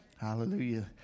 Hallelujah